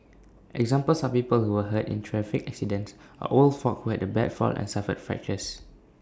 examples are people who were hurt in traffic accidents or old folk who had A bad fall and suffered fractures